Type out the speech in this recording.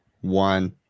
one